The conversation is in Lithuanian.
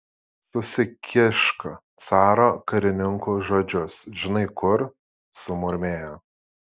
susikišk caro karininkų žodžius žinai kur sumurmėjo